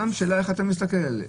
השאלה איך אתה מסתכל על זה.